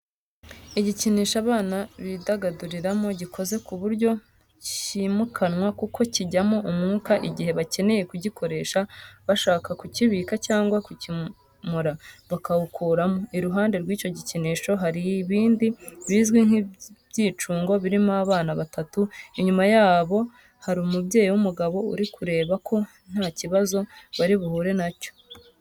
Igikinisho abana bidagaduriramo gikoze ku buryo kimukanwa kuko cyijyamo umwuka igihe bakeneye kugikoresha bashaka kukibika cyangwa kukimura bakawukuramo. Iruhande rw'icyo gikinisho hari ibindi bizwi nk'ibyicungo birimo abana batatu, inyuma yabo hari umubyeyi w'umugabo uri kureba ko nta kibazo bari buhure nacyo.